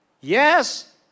Yes